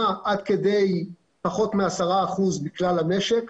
עד כדי פחות מ-10 אחוזים מכלל המשק.